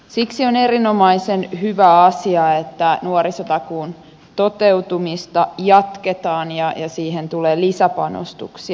siksi on erinomaisen hyvä asia että nuorisotakuun toteutumista jatketaan ja siihen tulee lisäpanostuksia